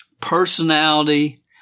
personality